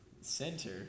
Center